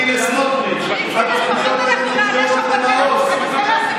הממלכתי-דתי לסמוטריץ', התוכניות החינוכיות למעוז.